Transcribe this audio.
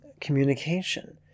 communication